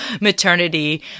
maternity